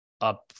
up